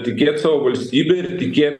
tikėt savo valstybe ir tikė